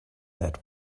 that